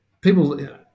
People